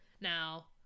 Now